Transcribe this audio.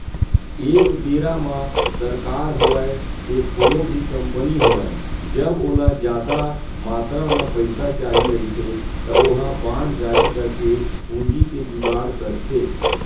एक बेरा म सरकार होवय ते कोनो भी कंपनी होवय जब ओला जादा मातरा म पइसा चाही रहिथे त ओहा बांड जारी करके पूंजी के जुगाड़ करथे